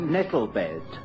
Nettlebed